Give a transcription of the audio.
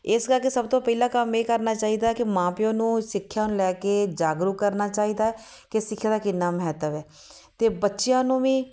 ਇਸ ਕਰਕੇ ਸਭ ਤੋਂ ਪਹਿਲਾ ਕੰਮ ਇਹ ਕਰਨਾ ਚਾਹੀਦਾ ਕਿ ਮਾਂ ਪਿਓ ਨੂੰ ਸਿੱਖਿਆ ਨੂੰ ਲੈ ਕੇ ਜਾਗਰੂਕ ਕਰਨਾ ਚਾਹੀਦਾ ਕਿ ਸਿੱਖਿਆ ਦਾ ਕਿੰਨਾ ਮਹੱਤਵ ਹੈ ਅਤੇ ਬੱਚਿਆਂ ਨੂੰ ਵੀ